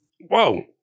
Whoa